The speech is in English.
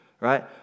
right